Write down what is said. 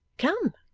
come